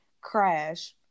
crash